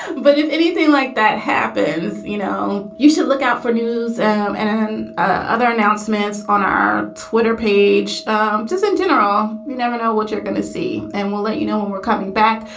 but if anything like that happens, you know, you should look out for news um and and other announcements on our twitter page um just in general. you never know what you're going to see. and we'll let you know when we're coming back.